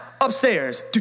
upstairs